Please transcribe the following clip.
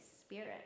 Spirit